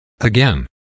Again